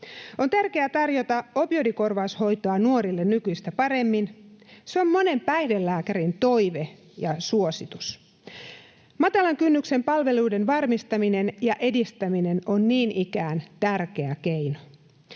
On tärkeää tarjota opioidikorvaushoitoa nuorille nykyistä paremmin. Se on monen päihdelääkärin toive ja suositus. Matalan kynnyksen palveluiden varmistaminen ja edistäminen on niin ikään tärkeä keino.